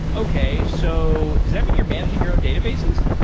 okay. so does that mean you're managing your own databases?